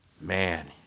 Man